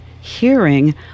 hearing